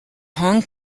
hong